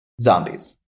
zombies